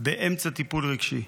באמצע טיפול רגשי.